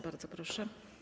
Bardzo proszę.